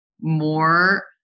more